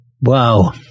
Wow